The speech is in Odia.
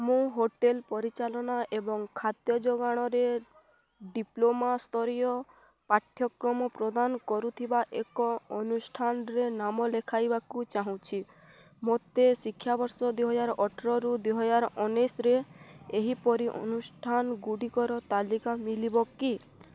ମୁଁ ହୋଟେଲ୍ ପରିଚାଳନା ଏବଂ ଖାଦ୍ୟ ଯୋଗାଣରେ ଡ଼ିପ୍ଲୋମା ସ୍ତରୀୟ ପାଠ୍ୟକ୍ରମ ପ୍ରଦାନ କରୁଥିବା ଏକ ଅନୁଷ୍ଠାନରେ ନାମ ଲେଖାଇବାକୁ ଚାହୁଁଛି ମୋତେ ଶିକ୍ଷାବର୍ଷ ଦୁଇ ହଜାର ଅଠର ଦୁଇ ହଜାର ଉନେଇଶିରେ ଏହିପରି ଅନୁଷ୍ଠାନଗୁଡ଼ିକର ତାଲିକା ମିଳିବ କି